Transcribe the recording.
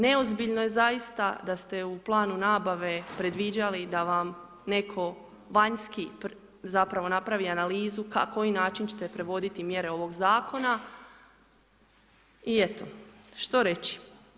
Neozbiljno je zaista da ste u Planu nabave predviđali da vam ne'ko vanjski, zapravo napravi analizu kako, koji način će te provoditi mjere ovog Zakona, i eto, što reći.